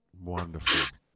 Wonderful